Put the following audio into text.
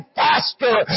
faster